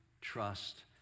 trust